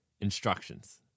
instructions